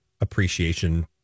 appreciation